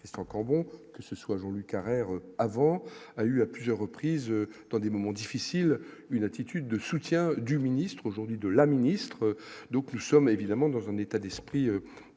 cher est encore bon que ce soit Jean-Luc Carrère avant a eu à plusieurs reprises dans des moments difficiles, une attitude de soutien du ministre aujourd'hui de la ministre, donc nous sommes évidemment dans un état d'esprit très